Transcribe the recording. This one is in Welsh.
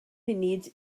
munud